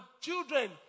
children